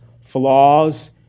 flaws